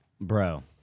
Bro